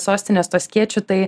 sostinės tuo skėčiu tai